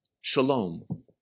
Shalom